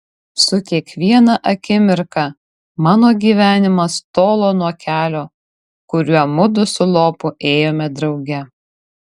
su kiekviena akimirka mano gyvenimas tolo nuo kelio kuriuo mudu su lopu ėjome drauge